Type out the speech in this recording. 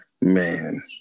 Man